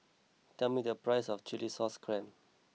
tell me the price of Chilli Sauce Clams